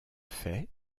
fait